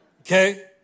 okay